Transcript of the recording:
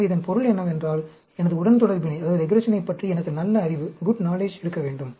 எனவே இதன் பொருள் என்னவென்றால் எனது உடன்தொடர்பினைப் பற்றி எனக்கு நல்ல அறிவு இருக்க வேண்டும்